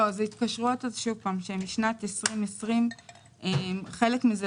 אלה התקשרויות משנת 2020. חלק מהם,